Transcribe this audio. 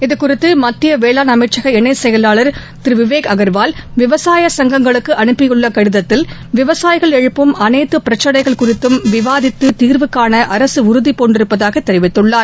இதகுறித்து மத்திய வேளாண் அமைச்சக இணை செயலாளர் திரு விவேக் அகர்வால் விவசாய சங்கங்களுக்கு அனுப்பியுள்ள கடிதத்தில் விவசாயிகள் எழுப்பும் அனைத்து பிரச்சினைகள் குறித்தும் விவாதித்து தீர்வு காண அரசு உறுதிபூண்டிருப்பதாக தெரிவித்துள்ளார்